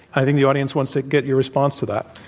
i think the audience wants to get your response to that.